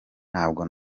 nabwo